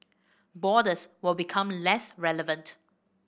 borders will become less relevant